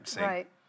Right